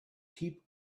heap